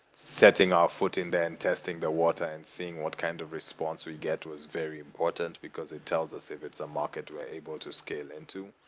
setting our foot in there and testing the but water and seeing what kind of response we get was very important, because it tells us if it's a market we'll able to scale into.